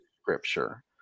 scripture